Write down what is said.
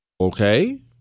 Okay